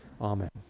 Amen